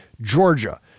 Georgia